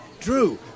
drew